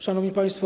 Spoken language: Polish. Szanowni Państwo!